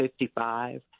55